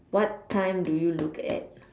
what time do you look at